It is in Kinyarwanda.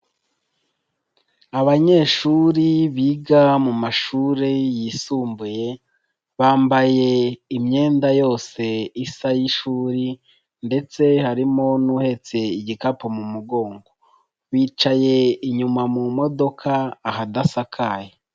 Abanyeshuri biga mu mashuri yisumbuye bambaye imyenda yose isa y'ishuri ndetse harimo n'uhetse igikapu mu mugongo, bicaye inyuma mu modoka ahadasakaye.